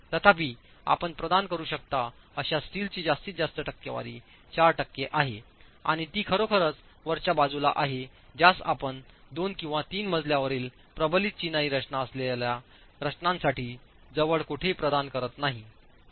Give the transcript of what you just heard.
तथापि आपण प्रदान करू शकता अशा स्टीलची जास्तीत जास्त टक्केवारी 4 टक्के आहे आणि ती खरोखरच वरच्या बाजूला आहे ज्यास आपण 2 किंवा 3 मजल्यावरील प्रबलित चिनाई रचना असलेल्या संरचनांसाठी जवळ कुठेही प्रदान करत नाही आहात